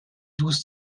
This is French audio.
douze